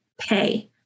pay